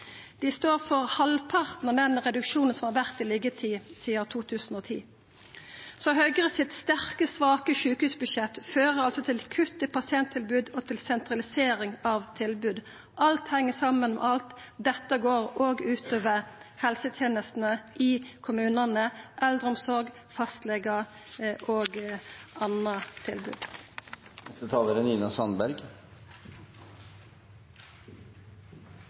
Dei står for halvparten av den reduksjonen som har vore i liggjetid sidan 2010. Høgre sitt «sterke» svake sjukehusbudsjett fører altså til kutt i pasienttilbod og til sentralisering av tilbod. Alt heng saman med alt: Dette går òg ut over helsetenestene i kommunane, eldreomsorg, fastlegar og anna tilbod.